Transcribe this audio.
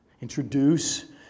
introduce